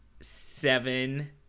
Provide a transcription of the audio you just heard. seven